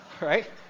Right